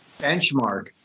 benchmark